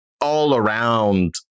all-around